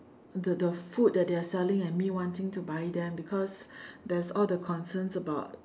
the the food that they are selling and me wanting to buy them because there is all the concerns about